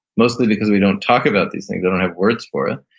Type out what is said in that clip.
mostly because we don't talk about these things, don't have words for it,